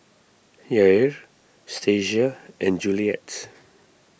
Yair Stasia and Juliet